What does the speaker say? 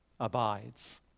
abides